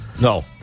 No